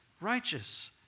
righteous